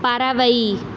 பறவை